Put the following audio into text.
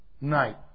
night